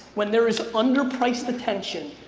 when there is underpriced attention,